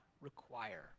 require